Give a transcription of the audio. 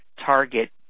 target